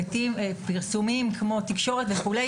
פרסומים כמו תקשורת וכולי,